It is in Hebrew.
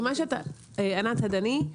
ענת הדני,